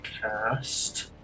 cast